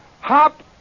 hop